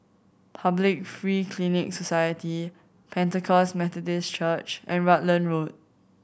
Public Free Clinic Society Pentecost Methodist Church and Rutland Road